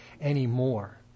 anymore